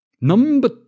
Number